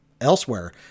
elsewhere